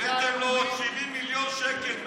הבאתם לו עוד 70 מיליון שקל.